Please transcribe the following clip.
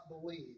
believe